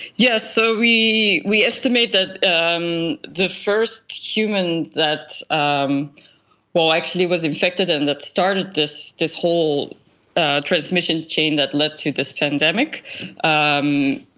yes, so we we estimated um the first human that um actually was infected and that started this this whole transmission chain that led to this pandemic um